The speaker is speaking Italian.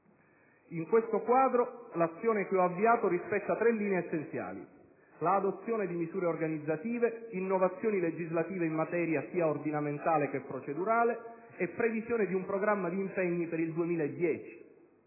In questo quadro, l'azione che ho avviato rispetta tre linee guida essenziali: l'adozione di misure organizzative; innovazioni legislative in materia sia ordinamentale che procedurale; previsione di un programma di impegni per l'anno 2010.